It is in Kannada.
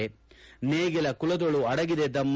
ನೇಗಿಲ ಕುಲದೊಳು ಅಡಗಿದೆ ಧಮ್ಮ